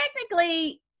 technically